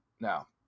Now